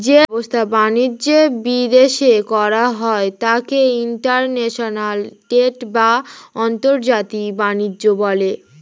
যে ব্যবসা বাণিজ্য বিদেশে করা হয় তাকে ইন্টারন্যাশনাল ট্রেড বা আন্তর্জাতিক বাণিজ্য বলে